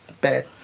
Bad